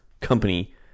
company